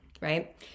right